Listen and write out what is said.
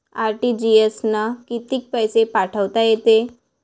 RTGS न कितीक पैसे पाठवता येते?